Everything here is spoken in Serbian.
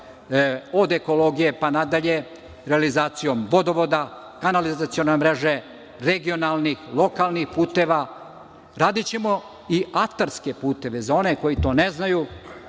od ekologije pa nadalje, realizacijom vodovoda, kanalizacione mreže, regionalnih, lokalnih puteva. Radićemo i atarske puteve. Za one koji to ne znaju,